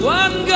one